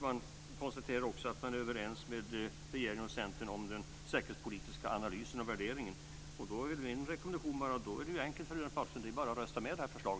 Man konstaterar också att man är överens med regeringen och Centern om den säkerhetspolitiska analysen och värderingen. Min rekommendation är enkel för Runar